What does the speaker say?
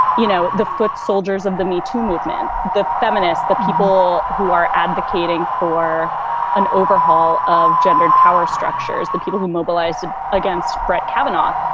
you know, the foot soldiers of the metoo movement, the feminists, the people who are advocating for an overhaul of gendered power structures. the people who mobilized against brett kavanaugh,